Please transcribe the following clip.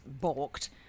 balked